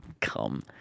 come